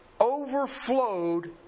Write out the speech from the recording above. overflowed